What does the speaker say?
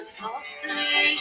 Softly